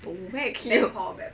very